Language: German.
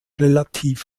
relativ